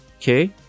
Okay